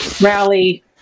rally